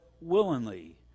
willingly